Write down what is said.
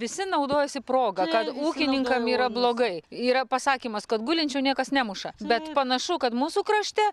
visi naudojasi proga kad ūkininkam yra blogai yra pasakymas kad gulinčių niekas nemuša bet panašu kad mūsų krašte